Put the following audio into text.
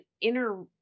inner